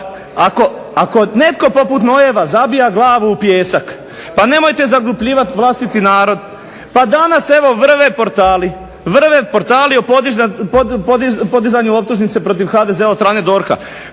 Ako netko poput nojeva zabija glavu u pijesak pa nemojte zaglupljivati vlastiti narod. Pa danas evo vrve portali, vrve portali o podizanju optužnice protiv HDZ-a od strane DORH-a.